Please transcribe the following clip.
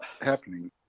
happening